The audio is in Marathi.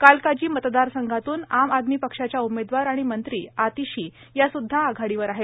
कालकाजी मतदारसंघातून आम आदमी पक्षाच्या उमेदवार आणि मंत्री आतिशी या सुद्धा आघाडीवर आहेत